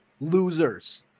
losers